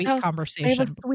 conversation